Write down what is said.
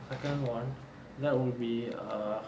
second [one] that would be err